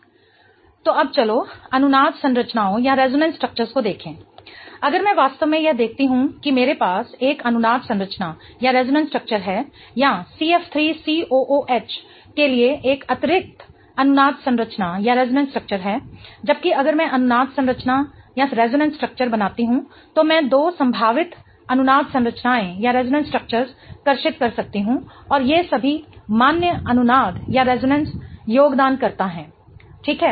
तो अब चलोअनुनाद संरचनाओं को देखें अगर मैं वास्तव में यह देखती हूं कि मेरे पास एक अनुनाद संरचना है या CF3COOH के लिए एक अतिरिक्त अनुनाद संरचना है जबकि अगर मैं अनुनाद संरचना बनाती हूं तो मैं दो संभावितअनुनाद संरचनाएं कर्षित कर सकती हूं और ये सभी मान्य अनुनाद योगदानकर्ता हैं ठीक है